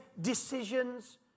decisions